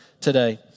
today